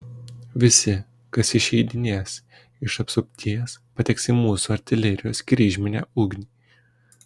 visi kas išeidinės iš apsupties pateks į mūsų artilerijos kryžminę ugnį